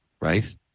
right